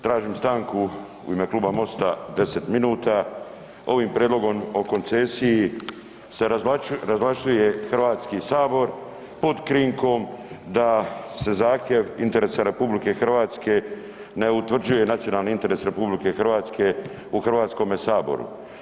Tražim stanku u ime Kluba MOST-a 10 minuta, ovim prijedlogom o koncesiji se razvlašćuje Hrvatski sabor pod krinkom da se zahtjev interesa RH ne utvrđuje, nacionalni interes RH, u Hrvatskome saboru.